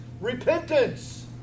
repentance